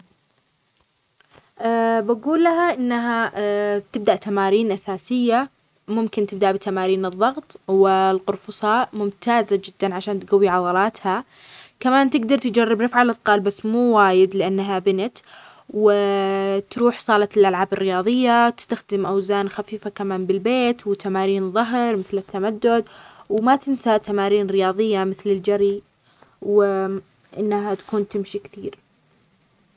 إذا كنت تريد تبني قوة جسدية، ابدأ بتمارين المقاومة مثل تمرين الضغط لعضلات الصدر والكتفين، وتمرين السكوات لتقوية عضلات الرجلين والوركين. جرب أيضًا تمرين الرفع بالأثقال لتقوية الظهر والذراعين. لا تنسى تمرين البلانك لعضلات البطن والمعدة